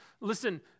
Listen